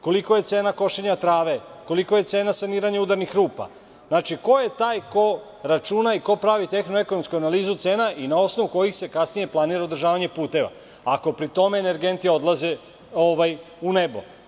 Kolika je cena košenja trave, kolika je cena saniranja udarnih rupa, ko je taj ko računa i ko pravi tehno-ekonomsku analizu cena i na osnovu kojih se kasnije planira održavanje puteva, ako pri tome energenti odlaze u nebo.